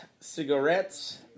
Cigarettes